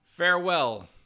Farewell